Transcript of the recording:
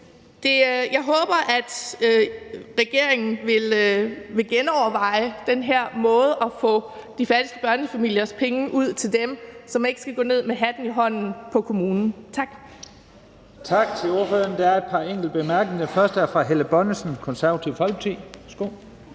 Jeg håber, at regeringen vil genoverveje, hvordan man får de fattigste børnefamiliers penge ud til dem, så de ikke skal gå ned på kommunen med hatten i hånden. Tak.